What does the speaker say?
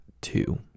two